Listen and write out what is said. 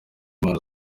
impano